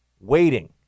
Waiting